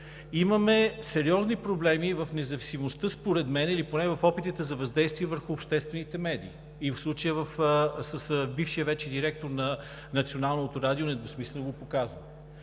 Имаме сериозни проблеми в независимостта според мен или поне в опитите за въздействие върху обществените медии и случаят с бившия вече директор на Националното радио недвусмислено го показва.